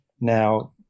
now